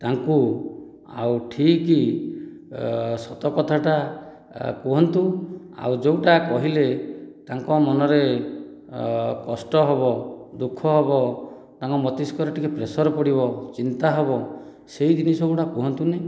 ତାଙ୍କୁ ଆଉ ଠିକ ସତକଥାଟା କୁହନ୍ତୁ ଆଉ ଯେଉଁଟା କହିଲେ ତାଙ୍କ ମନରେ କଷ୍ଟ ହେବ ଦୁଃଖ ହେବ ତାଙ୍କ ମତିଷ୍କରେ ଟିକିଏ ପ୍ରେସର ପଡ଼ିବ ଚିନ୍ତା ହେବ ସେଇ ଜିନିଷଗୁଡ଼ାକ କୁହନ୍ତୁନି